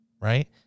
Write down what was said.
right